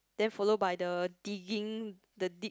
then follow by the digging the deep